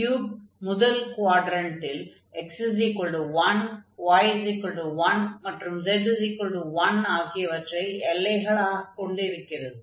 cube முதல் க்வாட்ரன்டில் x1y1 மற்றும் z1 ஆகியவற்றை எல்லைகளாக கொண்டிருக்கிறது